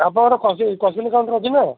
ଆପଣଙ୍କର କାଉଣ୍ଟର୍ ଅଛି ନା